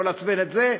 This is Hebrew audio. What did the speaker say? לא לעצבן את זה.